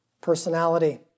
personality